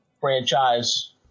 franchise